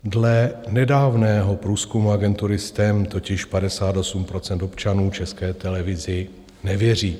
Dle nedávného průzkumu agentury STEM totiž 58 % občanů České televizi nevěří.